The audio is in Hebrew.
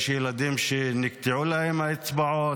יש ילדים שנקטעו להם האצבעות,